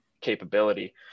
capability